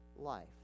life